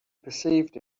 perceived